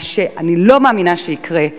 מה שאני לא מאמינה שיקרה.